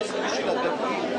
הישיבה ננעלה בשעה 13:25.